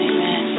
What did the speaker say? Amen